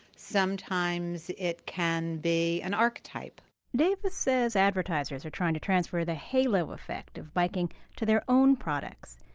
sometimes it can be an archetype davis says advertisers are trying to transfer the halo effect of biking to their own products.